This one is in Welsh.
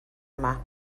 yma